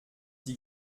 die